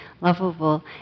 lovable